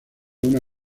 una